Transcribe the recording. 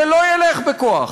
זה לא ילך בכוח,